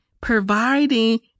providing